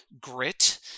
grit